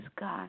God